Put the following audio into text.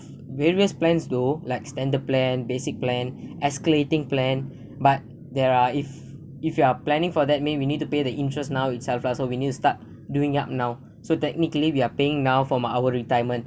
various plan though like standard plan basic plan escalating plan but there are if if you are planning for that mean we need to pay the interest now itself lah so when we need to start doing it up now so technically we are paying now for my our retirement